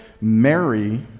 Mary